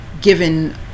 given